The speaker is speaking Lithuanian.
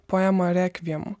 poemą rekvijum